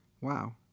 Wow